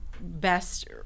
best